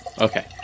Okay